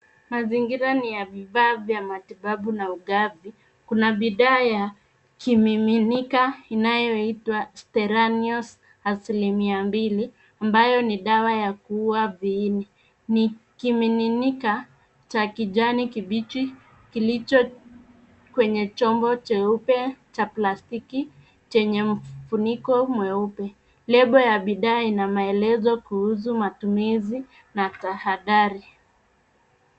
Mazingira ni ya vifaa vya matibabu na ungavi kuna bidhaa ya kimiminika inayoitwa steranios asilimia mbili ambayo. Ni dawa ya kuuwa viini ni kimiminika cha kijani kibichi kilicho kwenye chombo cheupe cha plastiki chenye mfuniko mweupe. Label ya bidhaa ina maelezo kuhusu matumizi na tahadhari.